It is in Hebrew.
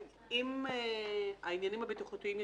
אם העניינים הבטיחותיים יטופלו,